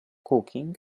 cooking